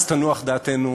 אז תנוח דעתנו,